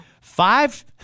Five